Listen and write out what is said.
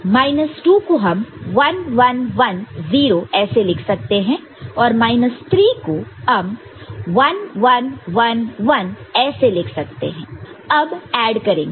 minus 2 को हम 1 1 1 0 ऐसे लिख सकते हैं और माइनस 3 को हम 1 1 1 1 ऐसे लिख सकते हैं अब ऐड करेंगे